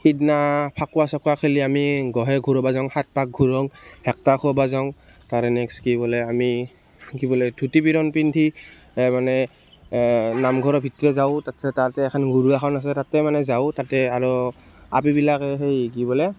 সিদিনা ফাকুৱা চাকুৱা খেলি আমি গোঁসাই ঘূৰাব যাওঁ সাত পাক ঘূৰাওঁ কৰবা যাওঁ তাৰে নেক্সট কি বোলে আমি কি বোলে ধূতি বিৰণ পিন্ধি মানে নামঘৰৰ ভিতৰত যাওঁ তাতে এখন তাতে মানে যাওঁ তাতে আৰু আপিবিলাক সেই কি বোলে